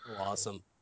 awesome